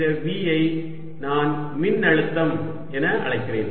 இந்த V ஐ நான் மின்னழுத்தம் என அழைக்கிறேன்